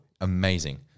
Amazing